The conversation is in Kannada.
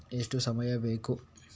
ಎಷ್ಟು ಸಮಯ ಬೇಕು?